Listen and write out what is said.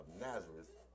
Nazareth